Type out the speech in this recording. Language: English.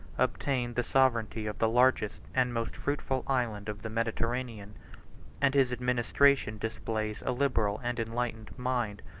obtained the sovereignty of the largest and most fruitful island of the mediterranean and his administration displays a liberal and enlightened mind,